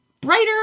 brighter